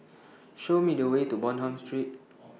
Show Me The Way to Bonham Street